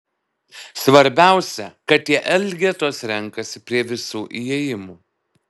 svarbiausia kad tie elgetos renkasi prie visų įėjimų